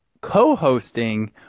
co-hosting